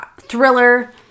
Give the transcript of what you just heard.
thriller